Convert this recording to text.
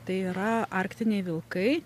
tai yra arktiniai vilkai